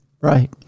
right